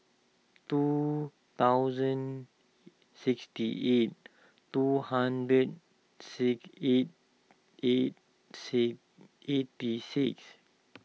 two thousand sixty eight two hundred sick eight eight C eighty six